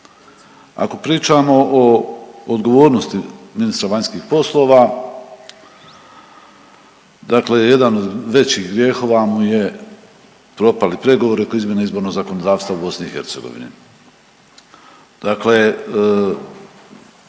Ako pričamo o odgovornosti ministra vanjskih poslova, dakle jedan od većih grijehova mu je popali pregovori oko izmjene izbornog zakonodavstva u BiH. Dakle,